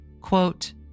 Quote